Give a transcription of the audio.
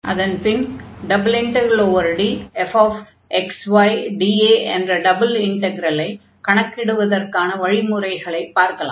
அதன்பின் ∬DfxydA என்ற டபுள் இன்டக்ரலை கணக்கிடுவதற்கான வழிமுறைகளைப் பார்க்கலாம்